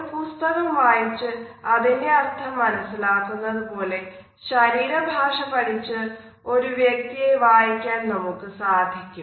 ഒരു പുസ്തകം വായിച്ച് അതിൻറെ അർത്ഥം മനസ്സിലാക്കുന്നതു പോലെ ശരീര ഭാഷ പഠിച്ച് ഒരു വ്യക്തിയെ വായിക്കാൻ നമുക്ക് സാധിക്കും